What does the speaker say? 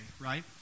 right